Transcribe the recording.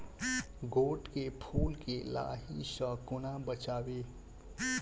गोट केँ फुल केँ लाही सऽ कोना बचाबी?